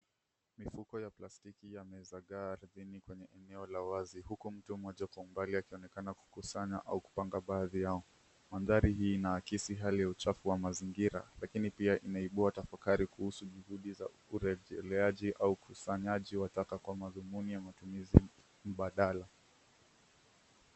Mifuko ta plastiki yamezagaa ardhini kwenye eneo la wazi huku mtu mmoja akionekana kusanya au kupangwa baadhi yao. Mandhari hii ina akisi hali ya uchafu wa mazingira lakini pia inaibua tafakari kuhusu juhudi za urejeleaji au ukusanyaji wa taka kwa madhumuni ya matumizi mbadala.